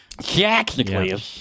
Technically